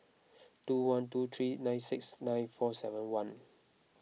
two one two three nine six nine four seven one